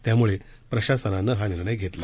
त्यामुळे प्रशासनानं हा निर्णय घेतला